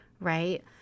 right